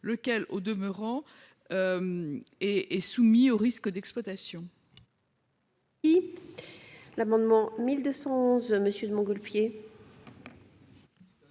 lequel, au demeurant, est soumis au risque d'exploitation.